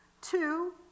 Two